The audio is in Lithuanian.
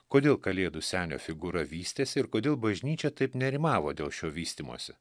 kodėl kalėdų senio figūra vystėsi ir kodėl bažnyčia taip nerimavo dėl šio vystymosi